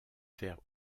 vers